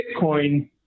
Bitcoin